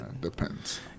Depends